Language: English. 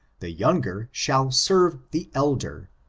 the younger shau serve the elder,